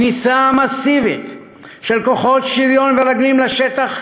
הכניסה המסיבית של כוחות שריון ורגלים לשטח